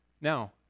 Now